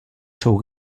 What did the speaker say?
seu